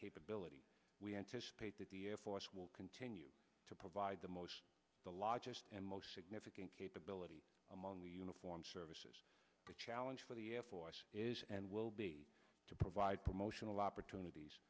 capability we anticipate that the air force will continue to provide the most the largest and most significant capability among the uniformed services the challenge for the air force is and will be to provide promotional opportunities